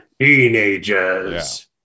teenagers